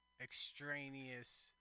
extraneous